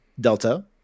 Delta